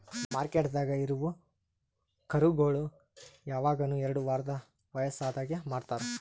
ಮಾರ್ಕೆಟ್ದಾಗ್ ಇರವು ಕರುಗೋಳು ಯವಗನು ಎರಡು ವಾರದ್ ವಯಸದಾಗೆ ಮಾರ್ತಾರ್